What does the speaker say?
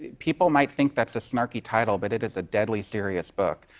people might think that's a snarky title, but it is a deadly serious book,